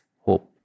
hope